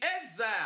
exile